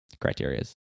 criteria